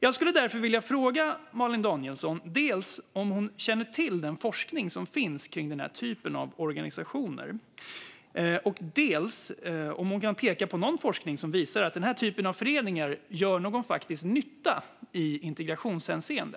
Jag skulle därför vilja fråga Malin Danielsson dels om hon känner till den forskning som finns om den här typen av organisationer, dels om hon kan peka på någon forskning som visar att den här typen av föreningar gör någon faktisk nytta i integrationshänseende.